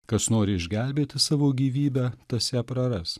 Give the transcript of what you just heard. kas nori išgelbėti savo gyvybę tas ją praras